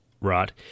right